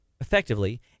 effectively